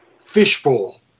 fishbowl